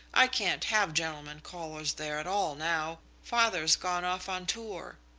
i can't have gentlemen callers there at all now. father's gone off on tour.